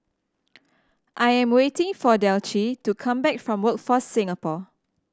I am waiting for Delcie to come back from Workforce Singapore